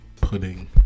Pudding